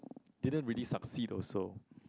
didn't really succeed also